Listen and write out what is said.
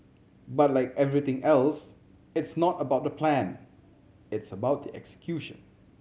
but like everything else it's not about the plan it's about the execution